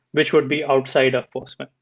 which would be outside of postman.